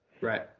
Right